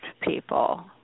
people